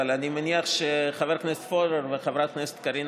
אבל אני מניח שחבר הכנסת פורר וחברת הכנסת קארין